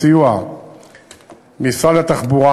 בסיוע משרד התחבורה,